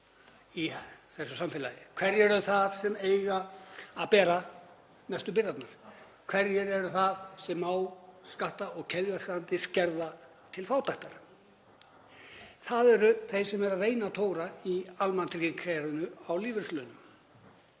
í þessu samfélagi. Hverjir eru það sem eiga að bera mestu byrðarnar? Hverjir eru það sem má skatta og skerða keðjuverkandi til fátæktar? Það eru þeir sem eru að reyna að tóra í almannatryggingakerfinu á lífeyrislaunum.